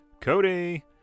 Cody